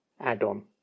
add-on